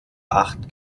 acht